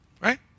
Right